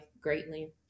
greatly